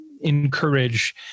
encourage